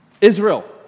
Israel